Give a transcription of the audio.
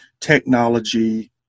technology